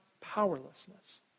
powerlessness